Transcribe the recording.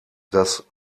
das